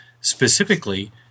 specifically